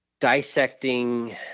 dissecting